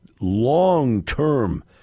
long-term